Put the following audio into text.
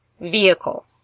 vehicle